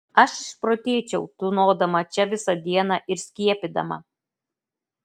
aš išprotėčiau tūnodama čia visą dieną ir skiepydama